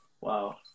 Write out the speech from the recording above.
Wow